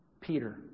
Peter